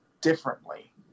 differently